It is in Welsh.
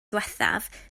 ddiwethaf